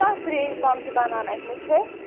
کَتھ رَیٚنٛج تام چھِ بَنان اَتہِ مِٹھٲے